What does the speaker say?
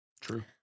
True